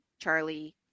Charlie